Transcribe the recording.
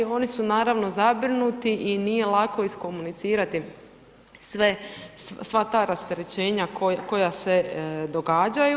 Oni su naravno zabrinuti i nije lako iskomunicirati sva ta rasterećenja koja se događaju.